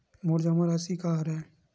मोर जमा राशि का हरय?